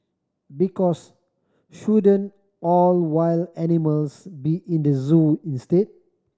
because shouldn't all wild animals be in the zoo instead